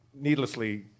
needlessly